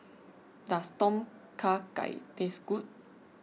does Tom Kha Gai taste good